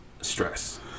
stress